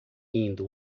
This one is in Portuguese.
indo